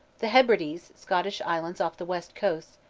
the hebrides, scottish islands off the western coast,